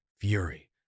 fury